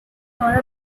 nor